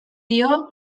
dio